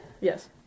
Yes